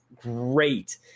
great